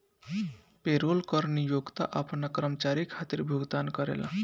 payroll कर नियोक्ता आपना कर्मचारी खातिर भुगतान करेला